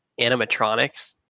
animatronics